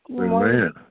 Amen